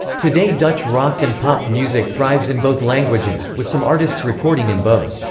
today dutch rock and pop music thrives in both languages, with some artists recording in both.